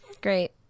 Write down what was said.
Great